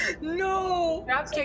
No